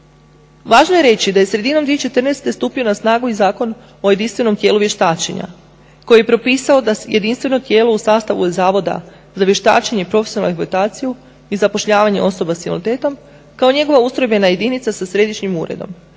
Važno je reći da je sredinom 2014. stupio na snagu i Zakon o jedinstvenom tijelu vještačenja koji je propisao da jedinstveno tijelo u sastavu Zavoda za vještačenje i profesionalnu orijentaciju i zapošljavanje osoba s invaliditetom kao njegova ustrojbena jedinica sa središnjim uredom